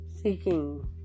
seeking